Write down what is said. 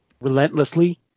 relentlessly